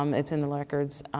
um it's in the records.